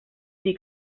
dir